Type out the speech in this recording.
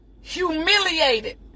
humiliated